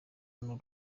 n’u